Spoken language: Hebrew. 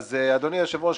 אדוני היושב-ראש,